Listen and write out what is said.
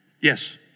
Yes